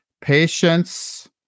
Patience